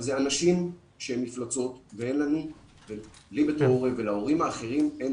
אלה אנשים שהם מפלצות ולי כהורה ולהורים האחרים אין